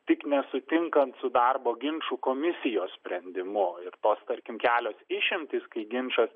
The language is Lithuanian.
tik nesutinkant su darbo ginčų komisijos sprendimu ir tos tarkim kelios išimtys kai ginčas